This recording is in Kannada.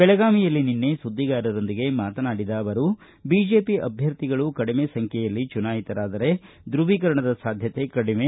ಬೆಳಗಾವಿಯಲ್ಲಿ ನಿನ್ನೆ ಸುದ್ದಿಗಾರರೊಂದಿಗೆ ಮಾತನಾಡಿದ ಅವರು ಬಿಜೆಪಿ ಅಭ್ಯರ್ಥಿಗಳು ಕಡಿಮೆ ಸಂಖ್ಯೆಯಲ್ಲಿ ಚುನಾಯಿತರಾದರೆ ದ್ವವೀಕರಣದ ಸಾಧ್ಯತೆ ಕಡಿಮೆ